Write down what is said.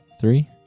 three